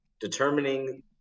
determining